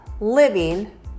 living